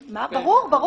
ברור.